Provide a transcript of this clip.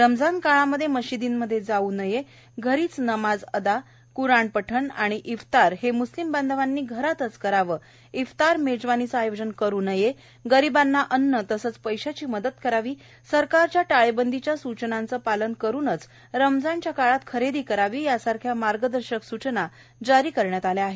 रमजान काळात मशिदींमध्ये जाऊ नये घरीच नमाज अदा क्राण पठण आणि इफ्तार हे म्स्लिम बांधवांनी घरातच करावं इफ्तार मेजवानीचं आयोजन करू नये गरिबांना अन्न तसंच पैशाची मदत करावी सरकारच्या टाळेबंदीच्या सूचनांचं पालन करूनच रमजानच्या काळात खरेदी करावी यांसारख्या मार्गदर्शक सूचना जरी केल्या आहेत